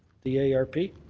the a r p.